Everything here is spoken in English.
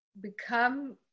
become